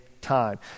time